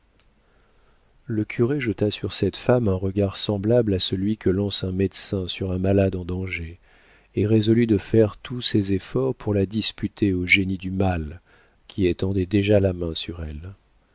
le curé jeta sur cette femme un regard semblable à celui que lance un médecin sur un malade en danger et résolut de faire tous ses efforts pour la disputer au génie du mal qui étendait déjà la main sur elle